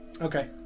Okay